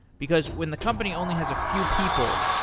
because when the company only has a few people,